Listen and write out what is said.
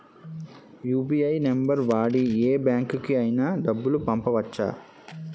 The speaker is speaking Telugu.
యు.పి.ఐ నంబర్ వాడి యే బ్యాంకుకి అయినా డబ్బులు పంపవచ్చ్చా?